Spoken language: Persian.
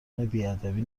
بیادبی